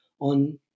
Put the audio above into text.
on